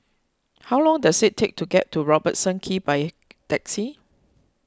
how long does it take to get to Robertson Quay by taxi